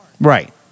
Right